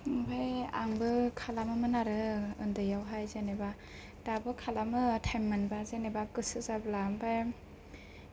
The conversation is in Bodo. ओमफ्राय आंबो खालामोमोन आरो ओन्दैयावहाय जेनोबा दाबो खालामो टाइम मोनबा जेनोबा गोसो जाब्ला ओमफ्राय